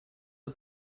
der